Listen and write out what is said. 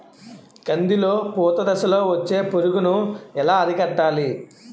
కందిలో పూత దశలో వచ్చే పురుగును ఎలా అరికట్టాలి?